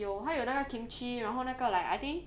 有他有那个 kimchi 然后那个 like I think